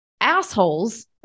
assholes